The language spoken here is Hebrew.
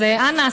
אז אנא,